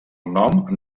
nom